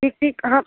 नज़दीक कहाँ